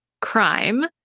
crime